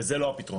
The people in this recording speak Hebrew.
וזה לא הפתרון.